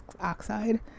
oxide